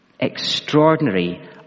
extraordinary